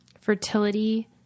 fertility